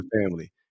family